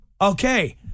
Okay